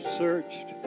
searched